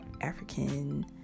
African